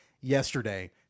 yesterday